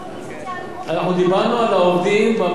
אנחנו דיברנו על העובדים במגזר הכי נמוך,